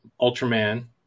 Ultraman